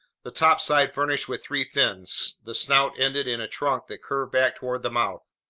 the topside furnished with three fins, the snout ending in a trunk that curved back toward the mouth.